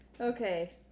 Okay